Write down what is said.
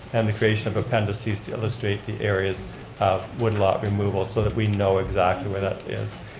and the creation of appendices to illustrate the areas of woodlot removal so that we know exactly where that is.